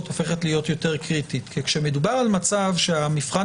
הופכת להיות יותר קריטית כי כשמדובר על מצב שהמבחן